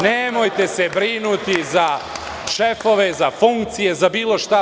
Nemojte se brinuti za šefove, za funkcije, za bilo šta.